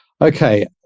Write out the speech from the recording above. Okay